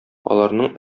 аларның